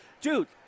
dude